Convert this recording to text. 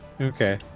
Okay